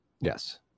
Yes